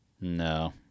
No